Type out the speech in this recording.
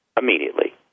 immediately